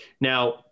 Now